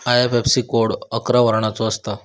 IFSC code अकरा वर्णाचो असता